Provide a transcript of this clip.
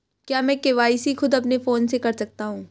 क्या मैं के.वाई.सी खुद अपने फोन से कर सकता हूँ?